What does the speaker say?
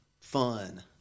fun